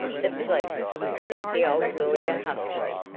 the police, said the old lawyer huskily.